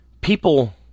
people